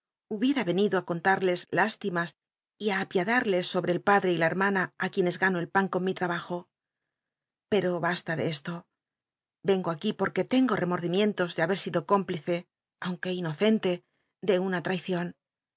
ycnido i contal cs lástimas y á apiada les sobre el padre y la hermana á uienes gano el pan con mi trabajo pero basta de esto engo aqu í porque tengo remordimientos de haber sido cómplice aunque inocente de una llaicion